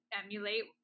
emulate